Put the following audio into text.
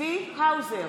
צבי האוזר,